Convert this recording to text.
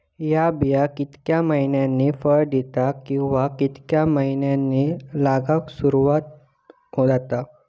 हया बिया कितक्या मैन्यानी फळ दिता कीवा की मैन्यानी लागाक सर्वात जाता?